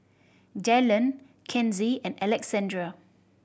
Jaylan Kenzie and Alexandrea